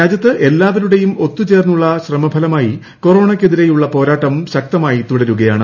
രാജ്യത്ത് എല്ലാവരുടെയും ഒത്തുചേർന്നുള്ള ശ്രമഫലമായി കൊറോണയ് ക്കെതിരെയുള്ള പോരാട്ടം ശക്തമായി തുടരുകയാണ്